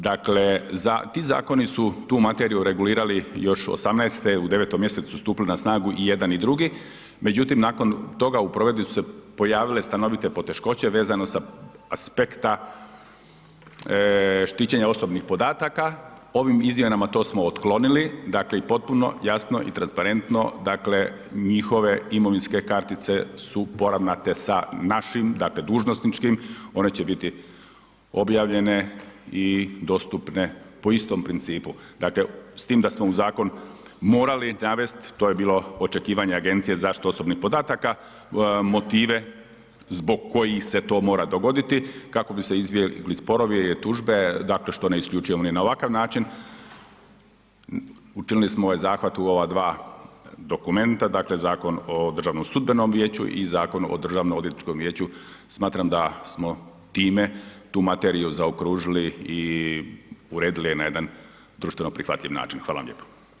Dakle ti zakoni su tu materiju regulirali još 2018., u 9. mj. su stupili na snagu i jedan i drugi, međutim nakon toga u provedbi su se pojavile stanovite poteškoće vezano sa aspekta štićenja osobnih podataka, ovim izmjenama to smo otklonili, dakle i potpuno i jasno i transparentno, dakle njihove imovinske kartice su poravnate sa našim dakle dužnosničkim, one će biti objavljenje i dostupne po istom principu, dakle s tim da smo u zakon morali navest, to je bilo očekivanje Agencije za zaštitu osobnih podataka, motive zbog kojih se to mora dogoditi kako bi se izbjegli sporovi, tužbe, dakle što ne isključujemo ni na ovakav način, učinili smo ovaj zahvat u ova dva dokumenta, dakle Zakon o DSV-u i Zakon o Državnoodvjetničkom vijeću, smatram da smo time tu materiju zaokružili i uredili je na jedan društveno prihvatljiv način, hvala vam lijepo.